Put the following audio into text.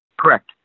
correct